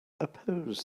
oppose